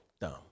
Dumb